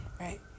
right